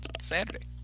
Saturday